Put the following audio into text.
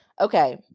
okay